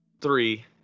three